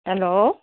hello